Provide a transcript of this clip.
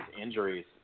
injuries